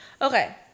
Okay